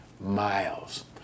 miles